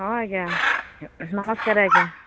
ହଁ ଆଜ୍ଞା ନମସ୍କାର ଆଜ୍ଞା